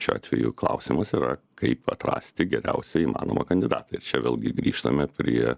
šiuo atveju klausimas yra kaip atrasti geriausią įmanomą kandidatą ir čia vėlgi grįžtame prie